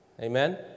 Amen